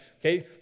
okay